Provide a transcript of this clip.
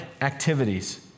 activities